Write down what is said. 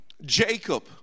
Jacob